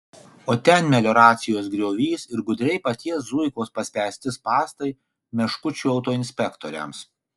o ten melioracijos griovys ir gudriai paties zuikos paspęsti spąstai meškučių autoinspektoriams